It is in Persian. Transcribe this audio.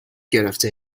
گرفته